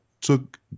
took